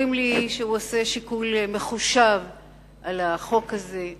אומרים לי שהוא עושה שיקול מחודש על החוק הזה.